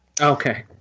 Okay